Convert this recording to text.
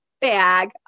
bag